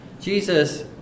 Jesus